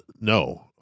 No